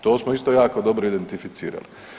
To smo isto jako dobro identificirali.